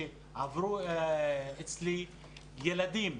שעברו אצלי ילדים,